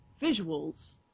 visuals